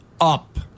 up